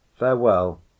Farewell